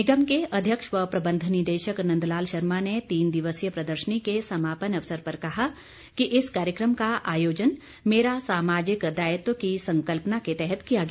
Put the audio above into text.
निगम के अध्यक्ष व प्रबंध निदेशक नंदलाल शर्मा ने तीन दिवसीय प्रदर्शनी के समापन अवसर पर कहा कि इस कार्यक्रम का आयोजन मेरा सामाजिक दायित्व की संकल्पना के तहत किया गया